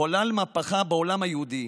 חולל מהפכה בעולם היהודי,